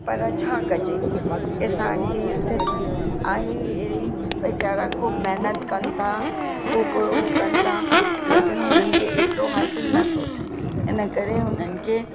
पर छा कजे किसान जी स्थिति आहे अहिड़ी वीचारा ख़ूबु महिनत कनि था ख़ूबु हू कनि था लेकिनि हुननि खे एतिरो हासिलु नथो थिए इनकरे हुननि खे